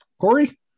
Corey